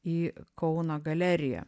į kauno galeriją